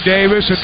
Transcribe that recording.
Davis